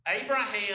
Abraham